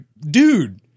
dude